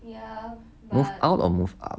move out or move up